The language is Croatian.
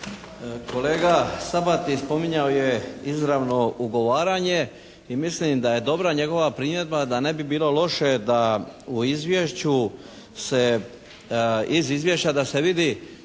Kolega Sabati spominjao je izravno ugovaranje i mislim da je dobra njegova primjedba da ne bi bilo loše da u izvješću, iz izvješća da se vidi